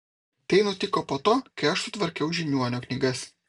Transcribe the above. tai nutiko po to kai aš sutvarkiau žiniuonio knygas